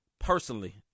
personally